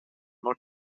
not